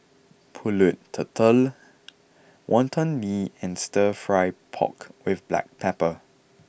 Pulut Tatal Wonton Mee and Stir Fry Pork with Black Pepper